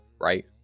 right